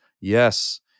Yes